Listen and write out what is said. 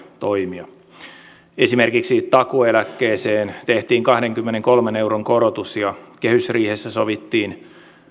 toimia esimerkiksi takuueläkkeeseen tehtiin kahdenkymmenenkolmen euron korotus ja kehysriihessä sovittiin